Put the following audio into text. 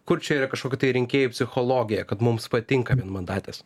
kur čia yra kažkokia tai rinkėjų psichologija kad mums patinka vienmandatės